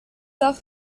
tard